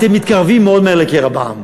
אתם מתקרבים מאוד לקרע בעם.